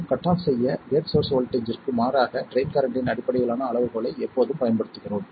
மற்றும் cut off செய்ய gate source வோல்ட்டேஜ்ற்கு மாறாக ட்ரைன் கரண்ட்டின் அடிப்படையிலான அளவுகோலை எப்போதும் பயன்படுத்துகிறோம்